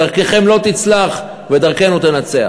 דרככם לא תצלח, ודרכנו תנצח.